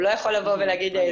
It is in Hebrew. הוא לא יכול לבוא ולהגיד לא.